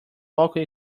local